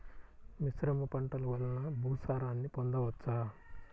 మిశ్రమ పంటలు వలన భూసారాన్ని పొందవచ్చా?